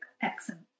excellent